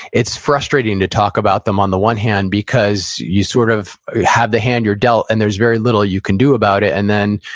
it's frustrating to talk about them on the one hand, because you sort of have the hand you're dealt, and there's very little you can do about it. and then,